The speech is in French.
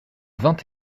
vingt